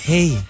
Hey